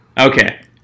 Okay